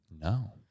No